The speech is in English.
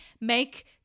make